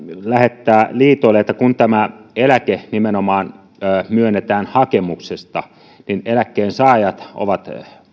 lähettää liitoille kun tämä eläke myönnetään nimenomaan hakemuksesta että eläkkeensaajat ovat